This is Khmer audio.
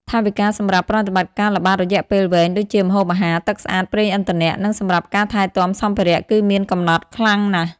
ថវិកាសម្រាប់ប្រតិបត្តិការល្បាតរយៈពេលវែង ដូចជា ម្ហូបអាហារ ទឹកស្អាត ប្រេងឥន្ធនៈ និងសម្រាប់ការថែទាំសម្ភារៈ គឺមានកំណត់ខ្លាំងណាស់។